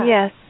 Yes